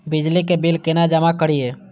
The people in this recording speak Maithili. बिजली के बिल केना जमा करिए?